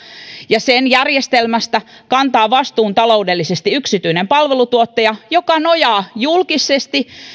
ja sen järjestelmästä kantaa taloudellisesti vastuun yksityinen palvelutuottaja joka nojaa julkisesti